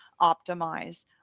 optimize